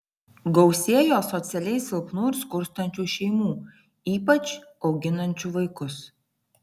gausėjo socialiai silpnų ir skurstančių šeimų ypač auginančių vaikus